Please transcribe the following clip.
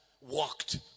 walked